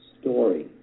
story